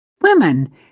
Women